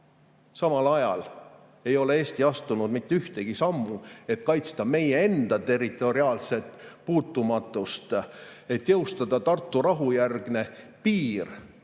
samal ajal ei ole Eesti astunud mitte ühtegi sammu, et kaitsta meie enda territoriaalset puutumatust, et jõustada Tartu rahu järgne piir.